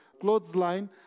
clothesline